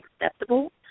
acceptable